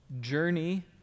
journey